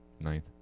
Ninth